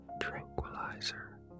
tranquilizer